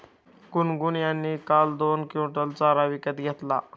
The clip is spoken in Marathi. गुनगुन यांनी काल दोन क्विंटल चारा विकत घेतला